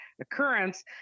occurrence